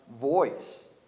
voice